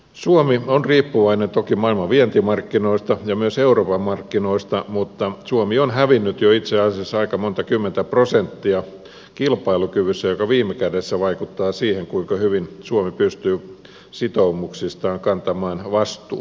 suomi on riippuvainen toki maailman vientimarkkinoista ja myös euroopan markkinoista mutta suomi on hävinnyt jo itse asiassa aika monta kymmentä prosenttia kilpailukyvyssä joka viime kädessä vaikuttaa siihen kuinka hyvin suomi pystyy sitoumuksistaan kantamaan vastuun